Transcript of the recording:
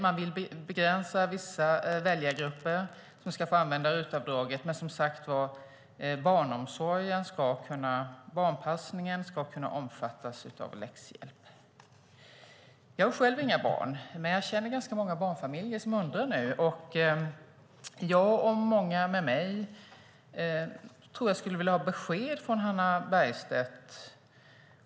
De vill begränsa det till vissa väljargrupper som ska få använda RUT-avdraget, men barnpassning ska kunna omfatta läxhjälp. Jag har själv inga barn, men jag känner många barnfamiljer som undrar nu. Jag och många med mig vill ha besked från Hannah Bergstedt.